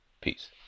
Peace